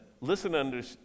Listen